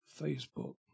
Facebook